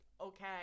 okay